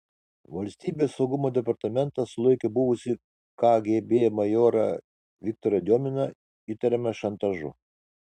valstybės saugumo departamentas sulaikė buvusį kgb majorą viktorą diominą įtariamą šantažu